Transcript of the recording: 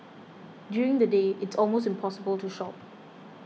during the day it's almost impossible to shop